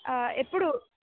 ఎప్పుడు